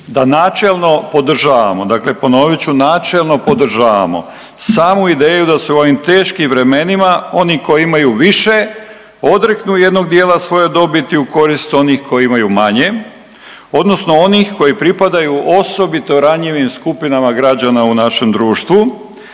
da načelno podržavamo, dakle ponovit ću, načelno podržavamo samu ideju da se u ovim teškim vremenima oni koji imaju više odreknu jednog dijela svoje dobiti u korist onih koji imaju manje odnosno onih koji pripadaju osobito ranjivim skupinama građana u našem društvu,